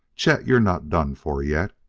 chet you're not done for yet.